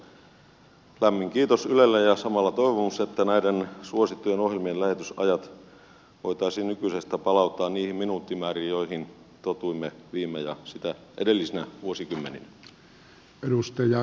tästä palvelusta lämmin kiitos ylelle ja samalla toivomus että näiden suosittujen ohjelmien lähetysajat voitaisiin nykyisestä palauttaa niihin minuuttimääriin joihin totuimme viime ja sitä edellisinä vuosikymmeninä